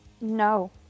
No